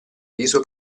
viso